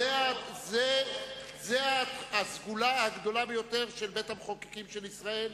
זאת הסגולה הגדולה ביותר של בית-המחוקקים של ישראל,